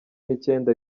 n’icyenda